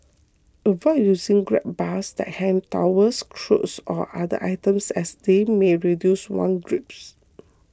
avoid using grab bars to hang towels clothes or other items as they may reduce one's grips